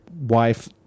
wife